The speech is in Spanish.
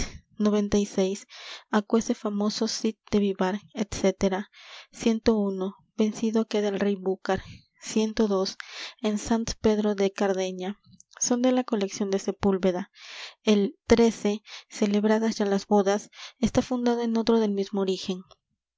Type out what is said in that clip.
aquese famoso cid de vivar etc uno vencido queda el rey dos en sant pedro de cardeña son de la colección de sepúlveda el celebradas ya las bodas está fundado en otro del mismo origen